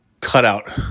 cutout